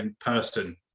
person